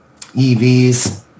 EVs